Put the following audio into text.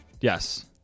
Yes